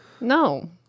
No